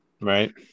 Right